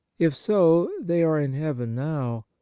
if so, they are in heaven now,